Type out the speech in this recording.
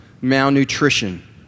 malnutrition